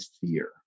fear